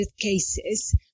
cases